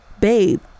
babe